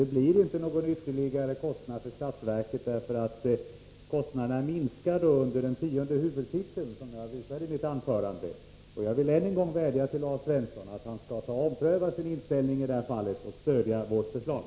Det blir inte någon ytterligare kostnad för statsverket, för kostnaderna minskar då under den tionde huvudtiteln, vilket jag visade i mitt anförande. Jag vill än en gång vädja till Lars Svensson och socialdemokraterna att de skall ompröva sin inställning i det här fallet och stödja vårt förslag.